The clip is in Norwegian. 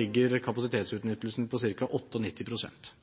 ligger kapasitetsutnyttelsen på